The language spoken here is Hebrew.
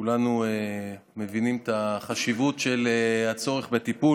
כולנו מבינים את החשיבות של הצורך בטיפול.